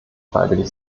freiwillig